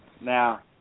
Now